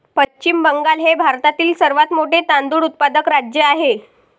पश्चिम बंगाल हे भारतातील सर्वात मोठे तांदूळ उत्पादक राज्य आहे